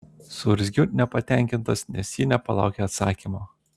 suurzgiu nepatenkintas nes ji nepalaukė atsakymo